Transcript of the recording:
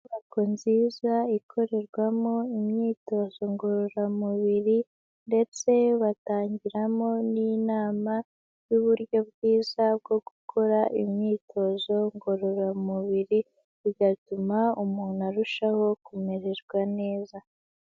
Inyubako nziza ikorerwamo imyitozo ngororamubiri ndetse batangiramo n'inama y'uburyo bwiza bwo gukora imyitozo ngororamubiri, bigatuma umuntu arushaho kumererwa neza.